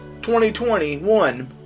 2021